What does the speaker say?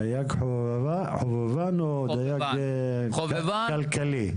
דייג חובבן או דייג כלכלי?